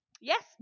Yes